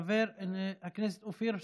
חבר הכנסת אופיר סופר,